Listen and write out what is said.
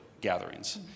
gatherings